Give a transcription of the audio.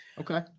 Okay